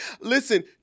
Listen